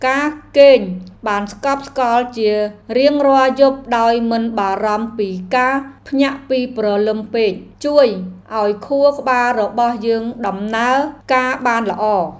ការគេងបានស្កប់ស្កល់ជារៀងរាល់យប់ដោយមិនបារម្ភពីការភ្ញាក់ពីព្រលឹមពេក ជួយឱ្យខួរក្បាលរបស់យើងដំណើរការបានល្អ។